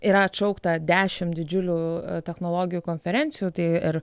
yra atšaukta dešimt didžiulių technologijų konferencijų tai ir